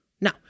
Now